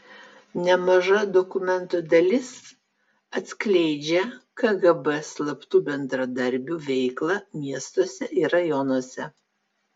nemaža dokumentų dalis atskleidžia kgb slaptų bendradarbių veiklą miestuose ir rajonuose